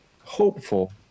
hopeful